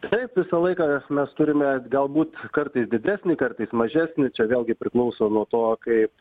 taip visą laiką mes turime galbūt kartais didesnį kartais mažesnį čia vėlgi priklauso nuo to kaip